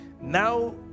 now